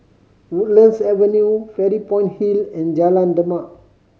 Woodlands Avenue Fairy Point Hill and Jalan Demak